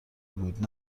بود